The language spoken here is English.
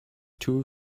too